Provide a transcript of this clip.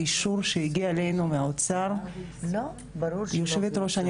האישור שהגיע אלינו מהאוצר גברתי היושבת-ראש,